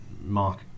Mark